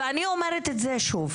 אני אומרת את זה שוב: